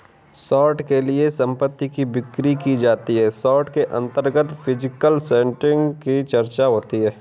short के लिए संपत्ति की बिक्री की जाती है शॉर्ट के अंतर्गत फिजिकल सेटिंग की चर्चा होती है